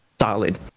solid